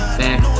back